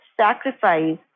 sacrifice